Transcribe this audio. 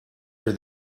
are